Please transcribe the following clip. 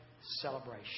celebration